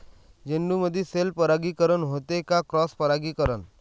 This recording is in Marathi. झेंडूमंदी सेल्फ परागीकरन होते का क्रॉस परागीकरन?